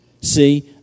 see